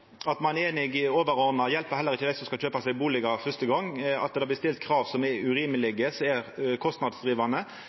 At ein er einig i det overordna, hjelper heller ikkje dei som skal kjøpa seg bustad første gongen, når det blir stilt krav som er urimelege og kostnadsdrivande.